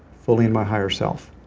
fully in my higher self.